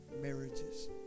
marriages